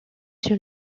sur